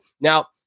Now